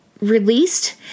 released